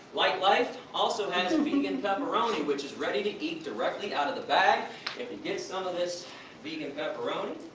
lightlife also has and vegan pepperoni which is ready to eat directly out of the bag. if you get some of this vegan pepperoni,